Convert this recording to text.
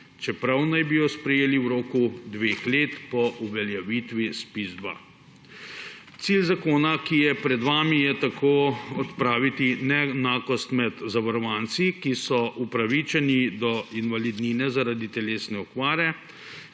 čeprav naj bi jo sprejeli v roku dveh let po uveljavitvi ZPIZ-2. Cilj zakona, ki je pred vami, je tako odpraviti neenakost med zavarovanci, ki so upravičeni do invalidnine zaradi telesne okvare,